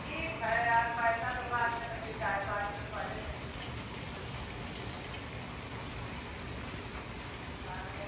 ठीक है यार पैसा तो बाद में न मिलता है पानी तो पहले देना पड़ हाँ तो